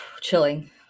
Chilling